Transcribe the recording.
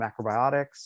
macrobiotics